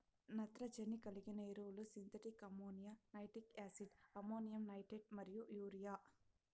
నత్రజని కలిగిన ఎరువులు synthetic ammonia, nitric acid, ammonium nitrate మరియు యూరియా